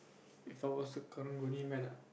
If I was a karang-guni man ah